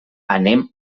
anem